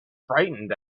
frightened